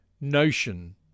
notion